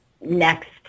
next